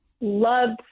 loved